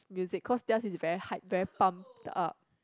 music cause theirs is very hype very pumped up